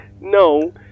No